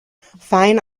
fine